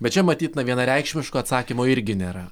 bet čia matyt na vienareikšmiško atsakymo irgi nėra